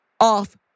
off